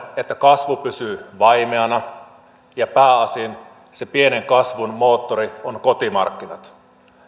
että kasvu pysyy vaimeana ja pääosin se pienen kasvun moottori on kotimarkkinat